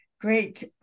great